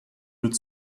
would